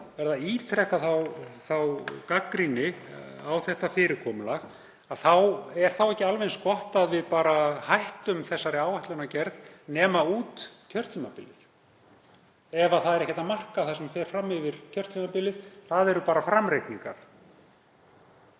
Ég verð að ítreka gagnrýni mína á þetta fyrirkomulag. Er þá ekki alveg eins gott að við hættum þessari áætlunargerð nema út kjörtímabilið ef það er ekkert að marka það sem fer fram yfir kjörtímabilið, það eru bara framreikningar?